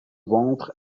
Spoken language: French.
ventre